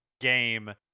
game